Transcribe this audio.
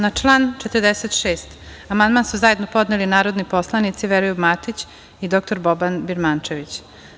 Na član 46. amandman su zajedno podneli narodni poslanici Veroljub Matić i dr Boban Birmančević.